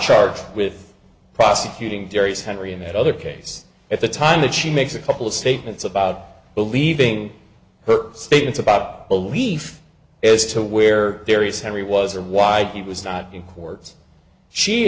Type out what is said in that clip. charged with prosecuting dairies henry and that other case at the time that she makes a couple of statements about believing her statements about belief as to where various henry was or why he was not in court she